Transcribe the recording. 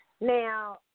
Now